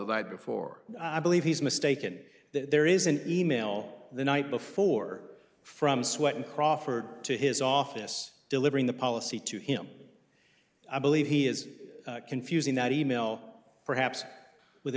at before i believe he's mistaken that there is an e mail the night before from sweat in crawford to his office delivering the policy to him i believe he is confusing that e mail perhaps with